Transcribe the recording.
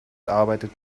arbeitet